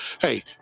hey